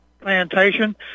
plantation